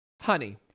Honey